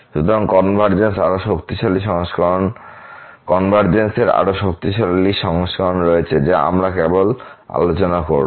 সুতরাং কনভারজেন্সের আরও শক্তিশালী সংস্করণ রয়েছে যা আমরা কেবল আলোচনা করব